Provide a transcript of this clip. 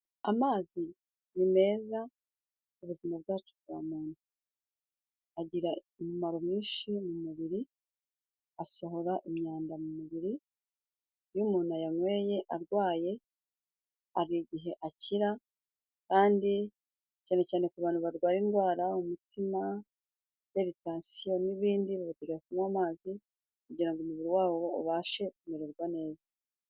Amazi ni meza mu buzima bwacu bwa muntu. Agira imimaro mwinshi mu mubiri, asohora imyanda mu mubiri, iyo umuntu yanyweye arwaye, hari igihe akira kandi cyane cyane ku bantu barwaye indwara umutima, iperitansiyo n'ibindi, bakwiriye kunywa amazi kugira ngo umubiri wa bo ubashe kumererwa neza.